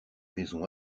maisons